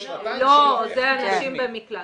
זה שנתיים -- זה נשים במקלט.